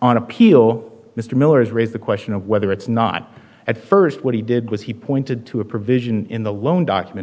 on appeal mr miller's raise the question of whether it's not at first what he did was he pointed to a provision in the loan document